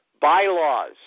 bylaws